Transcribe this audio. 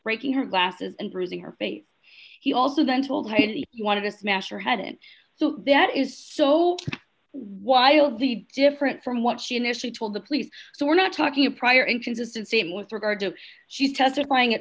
breaking her glasses and bruising her face he also then told her if he wanted to smash her head it so that is so why all the different from what she initially told the police so we're not talking a prior inconsistent same with regard to she's testifying a